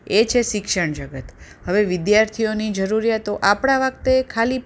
એ છે શિક્ષણ જગત હવે વિદ્યાર્થીઓની જરૂરિયાતો આપણા વખતે ખાલી